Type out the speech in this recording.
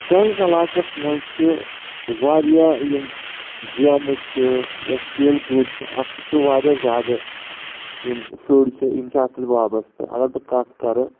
سٲنِس علاقَس منٛز چھِ واریاہ یِم گیمہٕ چھِ یا کھیل کوٗد چھِ اَتھ سۭتۍ چھِ وارایاہ زیادٕ یِم شُرۍ چھِ یِم چھِ اَتھ سٕتۍ وابسطہٕ اگر بہٕ کَتھ کَرٕ